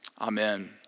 Amen